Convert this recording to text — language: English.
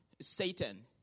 Satan